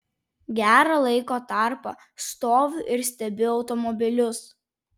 gerą laiko tarpą stoviu ir stebiu automobilius